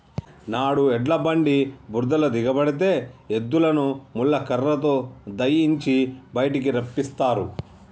నాడు ఎడ్ల బండి బురదలో దిగబడితే ఎద్దులని ముళ్ళ కర్రతో దయియించి బయటికి రప్పిస్తారు